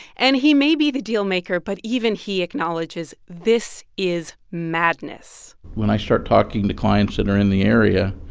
and he may be the dealmaker, but even he acknowledges this is madness when i start talking to clients that are in the area,